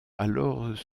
alors